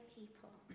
people